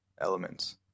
elements